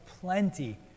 plenty